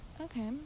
Okay